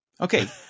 Okay